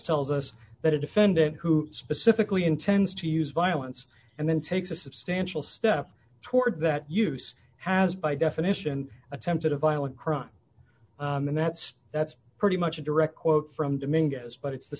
tells us that a defendant who specifically intends to use violence and then takes a substantial step toward that use has by definition attempted a violent crime and that's that's pretty much a direct quote from domingo's but it's the